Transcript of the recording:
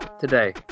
today